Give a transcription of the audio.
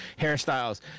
hairstyles